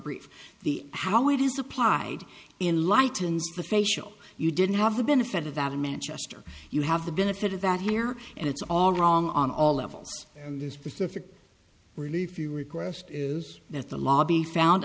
brief the how it is applied in lighten the facial you didn't have the benefit of that in manchester you have the benefit of that here and it's all wrong on all levels and this pacific relief you request is that the lobby found